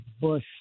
Bush